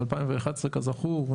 2011 כזכור,